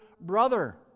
brother